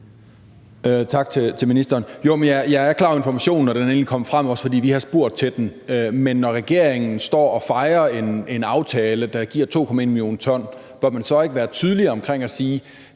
Tak til ministeren. Jeg er klar over informationen, og den kom egentlig frem, fordi vi spurgte til den. Men når regeringen står og fejrer en aftale, der giver 2,1 mio. t, bør man så ikke være tydeligere i